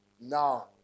now